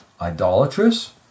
idolatrous